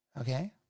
okay